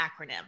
acronym